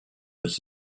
was